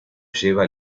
lleva